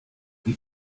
wie